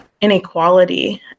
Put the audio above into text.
inequality